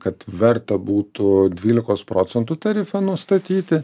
kad verta būtų dvylikos procentų tarifą nustatyti